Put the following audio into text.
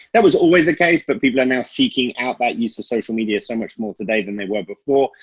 that was always the case, but people are now seeking out that use of social media so much more today than they were before.